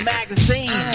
Magazine